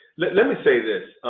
let let me say this,